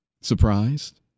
Surprised